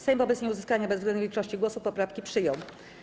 Sejm wobec nieuzyskania bezwzględnej większości głosów poprawki przyjął.